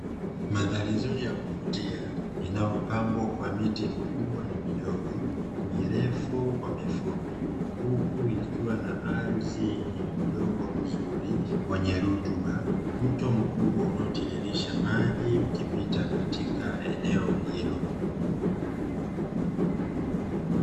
Mandhari nzuri ya kuvutia inayopambwa kwa miti mikubwa na midogo, mirefu kwa mifupi huku ikiwa na ardhi yenye udomgo mzuri wenye rutuba, mto mkubwa unaotirirsha maji ukipita katika eneo hilo.